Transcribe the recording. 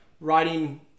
writing